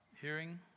hearing